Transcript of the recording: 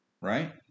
right